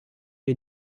wir